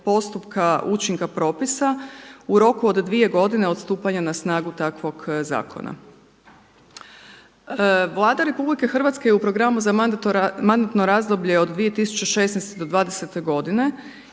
učinka propisa u roku od 2 godine od stupanja na snagu takvog zakona. Vlada RH je u programu za mandatno razdoblje od 2016. do dvadesete godine